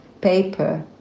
paper